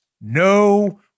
No